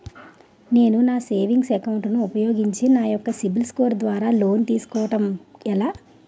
నేను నా savings account ను ఉపయోగించి నా యెక్క సిబిల్ స్కోర్ ద్వారా లోన్తీ సుకోవడం ఎలా?